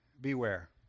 beware